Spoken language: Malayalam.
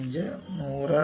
5 100